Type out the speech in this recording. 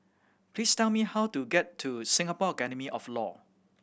please tell me how to get to Singapore Academy of Law